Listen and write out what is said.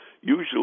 Usually